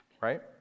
right